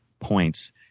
points